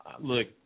look